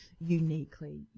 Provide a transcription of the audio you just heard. uniquely